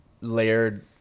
layered